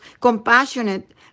compassionate